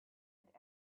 had